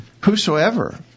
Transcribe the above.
Whosoever